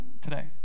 today